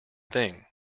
thing